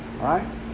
right